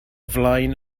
flaen